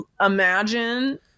imagine